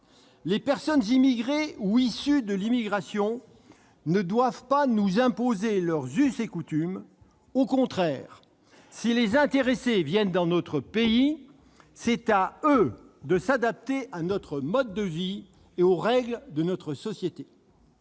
Les personnes immigrées ou issues de l'immigration ne doivent pas nous imposer leurs us et coutumes. Au contraire, si les intéressés viennent dans notre pays, c'est à eux de s'adapter à notre mode de vie et aux règles de notre société.